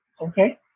Okay